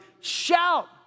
shout